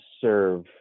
serve